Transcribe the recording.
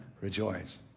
Rejoice